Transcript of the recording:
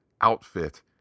outfit